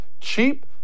cheap